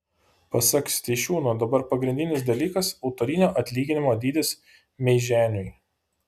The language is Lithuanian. pasak steišiūno dabar pagrindinis dalykas autorinio atlyginimo dydis meiženiui